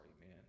man